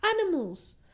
animals